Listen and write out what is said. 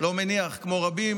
לא מניח, כמו רבים